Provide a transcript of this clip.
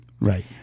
Right